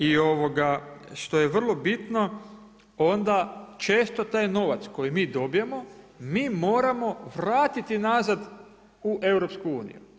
I što je vrlo bitno onda često taj novac koji mi dobijemo mi moramo vratiti nazad u EU.